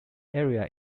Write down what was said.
area